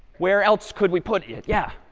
where else could we put it? yeah.